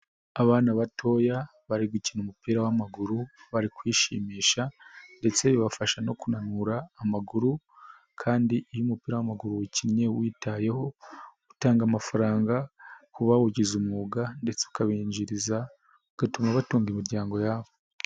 Abana batoya bari gukina umupira w'amaguru, bari kwishimisha ndetse bibafasha no kunanura amaguru kandi iy'umupira w'amaguru uwukinnye uwitayeho, utanga amafaranga kubawugize umwuga ndetse ukabinjiriza, ugatuma batunga imiryango yabo.